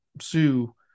Sue